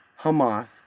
Hamath